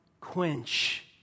quench